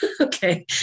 Okay